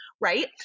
right